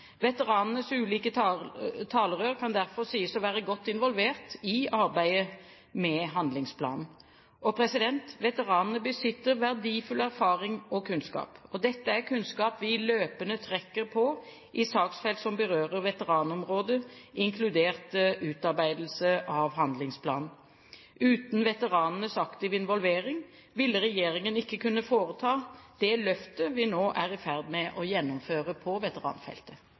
Veteranenes ulike talerør kan derfor sies å være godt involvert i arbeidet med handlingsplanen. Veteranene besitter verdifull erfaring og kunnskap. Dette er kunnskap vi løpende trekker på i saksfelt som berører veteranområdet, inkludert utarbeidelse av handlingsplanen. Uten veteranenes aktive involvering ville regjeringen ikke kunne foreta det løftet vi nå er i ferd med å gjennomføre på veteranfeltet.